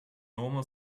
normal